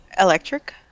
electric